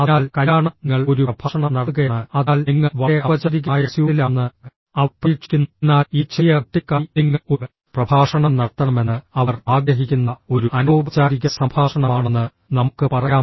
അതിനാൽ കല്യാണം നിങ്ങൾ ഒരു പ്രഭാഷണം നടത്തുകയാണ് അതിനാൽ നിങ്ങൾ വളരെ ഔപചാരികമായ സ്യൂട്ടിലാണെന്ന് അവർ പ്രതീക്ഷിക്കുന്നു എന്നാൽ ഇത് ചെറിയ കുട്ടികൾക്കായി നിങ്ങൾ ഒരു പ്രഭാഷണം നടത്തണമെന്ന് അവർ ആഗ്രഹിക്കുന്ന ഒരു അനൌപചാരിക സംഭാഷണമാണെന്ന് നമുക്ക് പറയാം